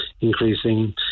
increasing